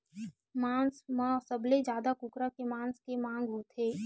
मांस म सबले जादा कुकरा के मांस के मांग होथे